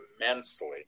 immensely